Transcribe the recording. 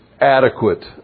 adequate